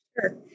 Sure